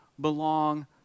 belong